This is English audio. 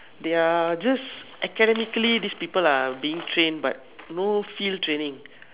they are just academically these people are being trained but no field training